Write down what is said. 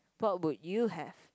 what would you have